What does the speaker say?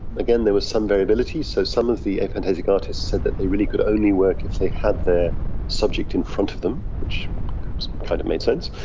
again, there was some variability. so some of the aphantasic artists said that they really could only work if they had their subject in front of them, which kind of made sense,